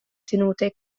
tenute